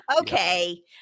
Okay